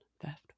Theft